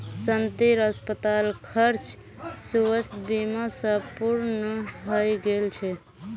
शांतिर अस्पताल खर्च स्वास्थ बीमा स पूर्ण हइ गेल छ